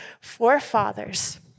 forefathers